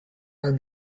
are